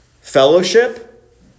Fellowship